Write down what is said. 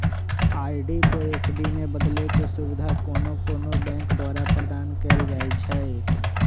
RD को FD में बदलेके सुविधा कोनो कोनो बैंके द्वारा प्रदान कएल जाइ छइ